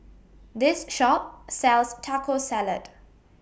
This Shop sells Taco Salad